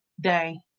Day